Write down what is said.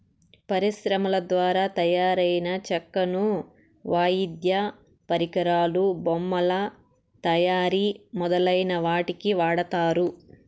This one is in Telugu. పరిశ్రమల ద్వారా తయారైన చెక్కను వాయిద్య పరికరాలు, బొమ్మల తయారీ మొదలైన వాటికి వాడతారు